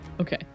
okay